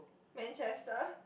Manchester